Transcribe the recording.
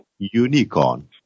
Unicorn